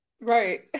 Right